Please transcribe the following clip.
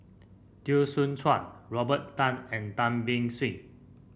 Teo Soon Chuan Robert Tan and Tan Beng Swee